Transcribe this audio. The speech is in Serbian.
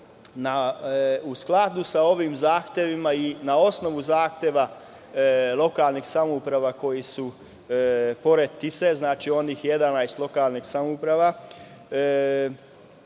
skladu sa ovim zahtevima i na osnovu zahteva lokalnih samouprava koje su pored Tise, znači, onih 11 lokalnih samouprava,